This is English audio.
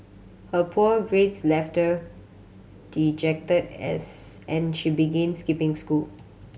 her poor grades left her dejected as and she began skipping school